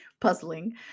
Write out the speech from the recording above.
puzzling